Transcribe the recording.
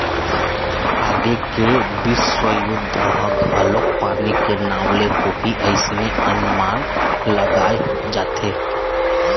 आगे के बिस्व युद्ध ह घलोक पानी के नांव ले होही अइसने अनमान लगाय जाथे